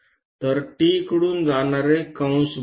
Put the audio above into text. तर T कडून जाणारे कंस बनवा